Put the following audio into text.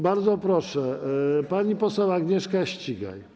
Bardzo proszę, pani poseł Agnieszka Ścigaj.